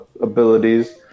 abilities